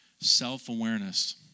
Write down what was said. self-awareness